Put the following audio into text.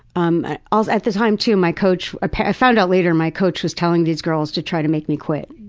um ah ah at the time too, my coach ah i found out later my coach was telling these girls to try to make me quit.